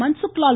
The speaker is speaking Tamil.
மன்சுக் லால்